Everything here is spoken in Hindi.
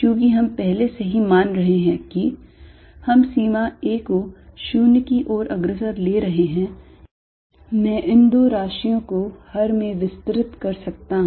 चूंकि हम पहले से ही मान रहे हैं कि हम सीमा a को 0 की ओर अग्रसर ले रहे हैं मैं इन दो राशिओं को हर में विस्तृत कर सकता हूं